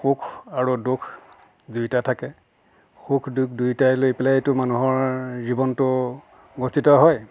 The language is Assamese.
সুখ আৰু দুখ দুয়োটা থাকে সুখ দুখ দুয়োটাই লৈ পেলাইটো মানুহৰ জীৱনটো গঠিত হয়